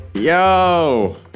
Yo